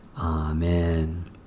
Amen